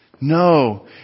No